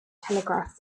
telegraph